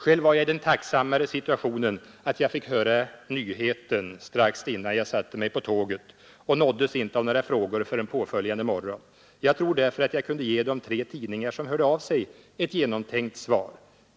Själv var jag i den tacksammare situationen att jag fick höra ”nyheten” strax innan jag satte mig på tåget och nåddes inte av några frågor förrän påföljande morgon. Jag tror därför att jag kunde ge de tre tidningar som hörde av sig ett genomtänkt svar.